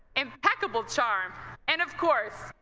impeccable charm and of course,